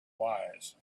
wise